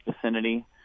vicinity